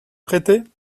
prêter